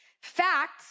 Fact